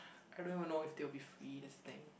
I don't even know if they will be free that's thing